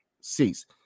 seats